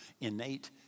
innate